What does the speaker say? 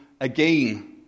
again